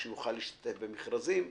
שיוכל להשתתף במכרזים,